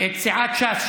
את סיעת ש"ס,